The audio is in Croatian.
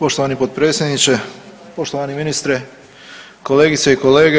Poštovani potpredsjedniče, poštovani ministre, kolegice i kolege.